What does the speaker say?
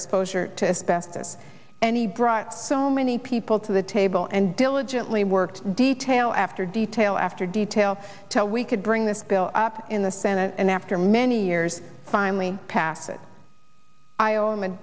exposure to asbestos and he brought so many people to the table and diligently worked detail after detail after detail to we could bring this bill up in the senate and after many years finally pass it i ow